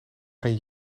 geen